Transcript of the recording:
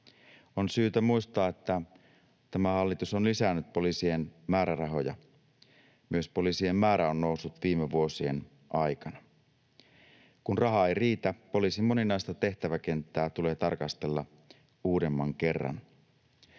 On syytä muistaa, että tämä hallitus on lisännyt poliisien määrärahoja. Myös poliisien määrä on noussut viime vuosien aikana. Kun raha ei riitä, poliisin moninaista tehtäväkenttää tulee tarkastella uudemman kerran.